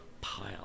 pile